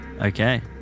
Okay